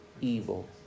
evil